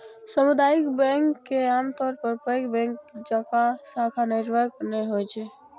सामुदायिक बैंक के आमतौर पर पैघ बैंक जकां शाखा नेटवर्क नै होइ छै